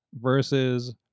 versus